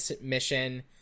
mission